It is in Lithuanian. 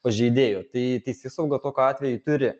pažeidėjo tai teisėsauga tokiu atveju turi